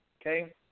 okay